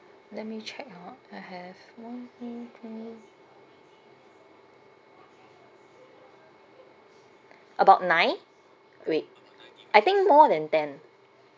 let me check ha I have one about nine wait I think more than ten